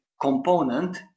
component